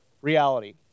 reality